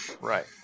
Right